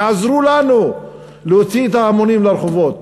יעזרו לנו להוציא את ההמונים לרחובות,